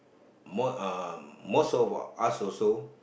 more uh most of us also